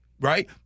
right